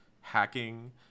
hacking